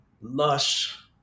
lush